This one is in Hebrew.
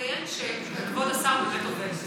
רק רוצים לציין שכבוד השר באמת עובד.